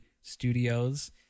studios